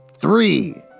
three